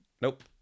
nope